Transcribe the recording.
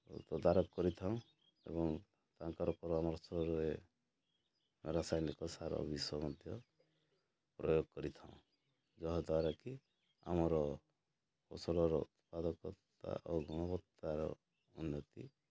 ତଦାରଖ କରିଥାଉଁ ଏବଂ ତାଙ୍କର ପରାମର୍ଶରେ ରାସାୟନିକ ସାର ବିଷ ମଧ୍ୟ ପ୍ରୟୋଗ କରିଥାଉଁ ଯାହାଦ୍ୱାରା କି ଆମର ପସଲର ଉତ୍ପାଦକତା ଓ ଗୁଣବତ୍ତାର ଉନ୍ନତି